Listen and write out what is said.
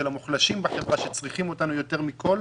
של המוחלשים בחברה שצריכים אותנו יותר מכל.